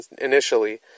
initially